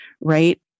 right